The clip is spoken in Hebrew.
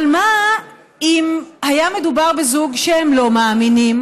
אבל מה אם היה מדובר בזוג שהם לא מאמינים?